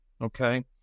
Okay